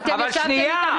סליחה,